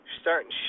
Starting